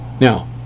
now